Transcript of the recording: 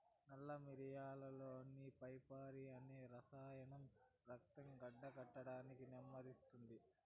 నల్ల మిరియాలులోని పైపెరిన్ అనే రసాయనం రక్తం గడ్డకట్టడాన్ని నెమ్మదిస్తుంది